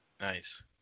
Nice